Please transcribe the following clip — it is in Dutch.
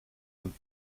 een